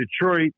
Detroit